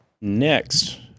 Next